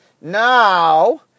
Now